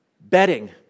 betting